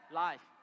life